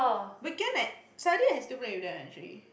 weekend I Saturday I still play with them actually